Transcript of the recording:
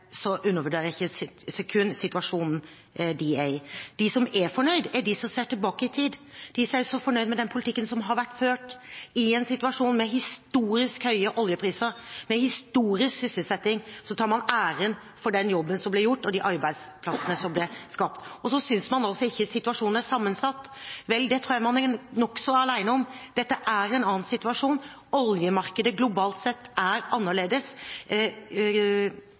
De som er fornøyde, er de som ser tilbake i tid. De er fornøyde med den politikken som har vært ført i en situasjon med historisk høye oljepriser, med historisk høy sysselsetting, og tar æren for den jobben som ble gjort, og de arbeidsplassene som ble skapt da. Og så synes man ikke situasjonen er sammensatt. Vel, det tror jeg man er nokså alene om. Dette er en annen situasjon. Oljemarkedet globalt sett er annerledes,